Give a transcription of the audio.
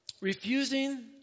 Refusing